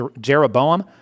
Jeroboam